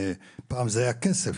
פעם זה היה כסף,